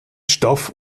stoff